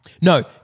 No